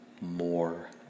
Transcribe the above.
more